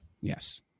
Yes